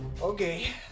Okay